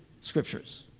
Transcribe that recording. scriptures